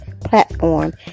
platform